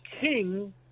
king